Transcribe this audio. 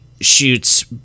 shoots